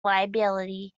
liability